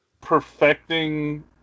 perfecting